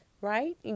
right